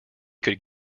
could